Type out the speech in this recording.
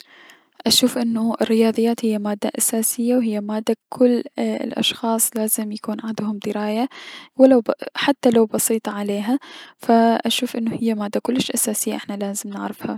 اشوف انو الرياضيات هي مادة اساسية و مادة و كل الأشخاص لازم يكون عدهم دراية حتى لو بسيطة عليها فأشوف انو هي مادة كلش اساسية النا حتى نعرفها.